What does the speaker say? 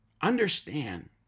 Understand